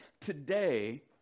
today